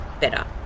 better